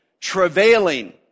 travailing